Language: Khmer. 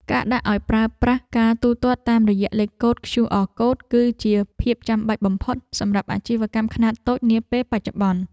ការដាក់ឱ្យប្រើប្រាស់ការទូទាត់តាមរយៈលេខកូដឃ្យូអរកូដ គឺជាភាពចាំបាច់បំផុតសម្រាប់អាជីវកម្មខ្នាតតូចនាពេលបច្ចុប្បន្ន។